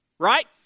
Right